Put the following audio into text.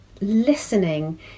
listening